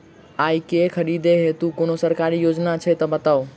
आइ केँ खरीदै हेतु कोनो सरकारी योजना छै तऽ बताउ?